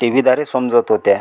टीव्हीद्वारे समजत होत्या